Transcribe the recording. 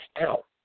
out